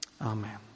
Amen